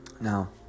now